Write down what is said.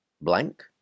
blank